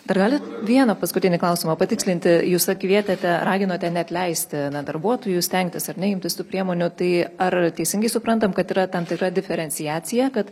dar galit vieną paskutinį klausimą patikslinti jūs kvietėte raginote neatleisti na darbuotojų stengtis ar ne imtis tų priemonių tai ar teisingai suprantam kad yra tam tikra diferenciacija kad